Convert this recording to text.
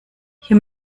hier